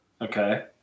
okay